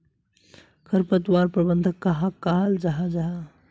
खरपतवार प्रबंधन कहाक कहाल जाहा जाहा?